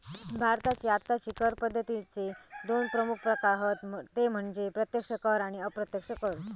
भारताची आत्ताची कर पद्दतीचे दोन प्रमुख प्रकार हत ते म्हणजे प्रत्यक्ष कर आणि अप्रत्यक्ष कर